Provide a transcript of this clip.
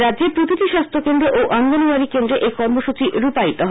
রাজ্যের প্রতিটি স্বাস্থ্যকেন্দ্রে ও অঙ্গনওয়ারী কেন্দ্রে এই কর্মসচী রূপায়িত হয়